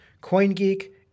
CoinGeek